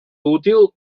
útil